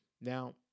Now